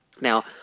Now